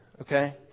Okay